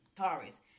Taurus